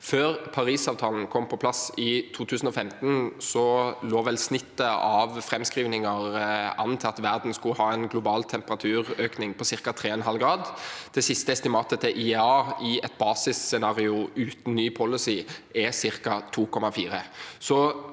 Før Parisavtalen kom på plass i 2015, lå vel snittet av framskrivninger på at verden skulle ha en antatt global temperaturøkning på ca. 3,5 grader. Det siste estimatet til IEA i et basisscenario uten ny policy er ca. 2,4 grader.